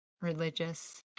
religious